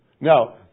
Now